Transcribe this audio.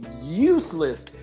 useless